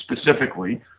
specifically